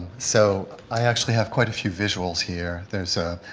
so i actually have quite a few visuals here. there's a,